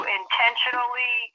intentionally